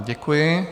Děkuji.